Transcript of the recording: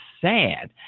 sad